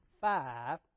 Five